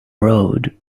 road